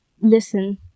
listen